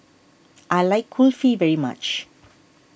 I like Kulfi very much